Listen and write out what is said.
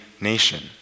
nation